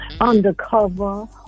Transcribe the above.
undercover